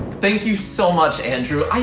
thank you so much, andrew.